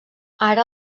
ara